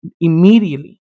immediately